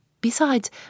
Besides